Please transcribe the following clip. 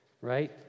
right